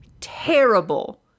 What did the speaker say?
terrible